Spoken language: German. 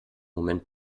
moment